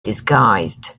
disguised